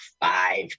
five